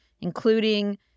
including